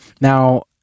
Now